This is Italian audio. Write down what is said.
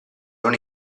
non